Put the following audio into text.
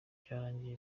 byarangiye